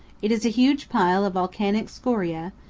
it is a huge pile of volcanic scoria,